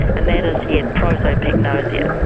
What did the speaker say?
and that is he had prosopagnosia,